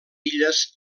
illes